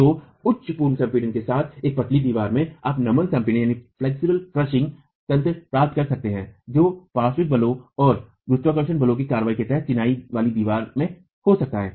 तो उच्च पूर्व संपीड़न के साथ एक पतली दीवार में आप नमन संपीडन तंत्र प्राप्त कर सकते हैं जो पार्श्व बलों और गुरुत्वाकर्षण बलों की कार्रवाई के तहत चिनाई वाली दीवार में हो सकता है